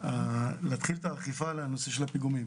להתחיל את האכיפה על נושא הפיגומים.